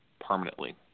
permanently